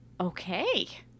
Okay